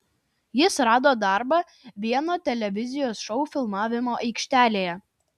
jis rado darbą vieno televizijos šou filmavimo aikštelėje